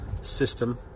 system